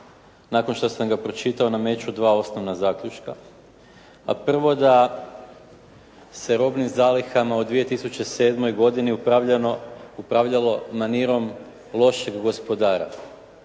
nakon što sam ga pročitao nameću dva osnovna zaključka, a prvo je da se robnim zalihama od 2007. upravljalo manirom lošeg gospodara.